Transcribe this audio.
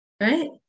right